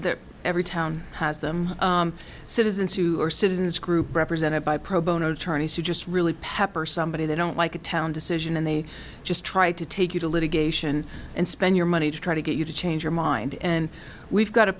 there every town has them citizens who are citizens groups represented by pro bono attorneys who just really pepper somebody they don't like a town decision and they just try to take you to litigation and spend your money to try to get you to change your mind and we've got a